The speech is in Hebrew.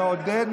מעודד,